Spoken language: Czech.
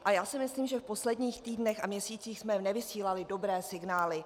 A já si myslím, že v posledních týdnech a měsících jsme nevysílali dobré signály.